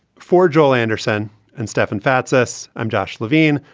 for joel anderson and stefan fatsis, i'm josh levine,